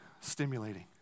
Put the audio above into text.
stimulating